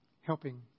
helping